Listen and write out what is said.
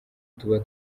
tuba